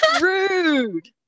rude